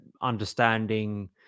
understanding